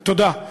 תודה.